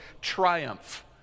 triumph